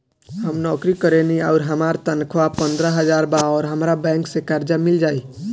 हम नौकरी करेनी आउर हमार तनख़ाह पंद्रह हज़ार बा और हमरा बैंक से कर्जा मिल जायी?